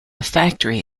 factory